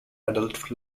adult